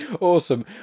Awesome